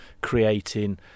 creating